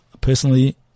personally